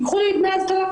ייקחו לי את דמי האבטלה.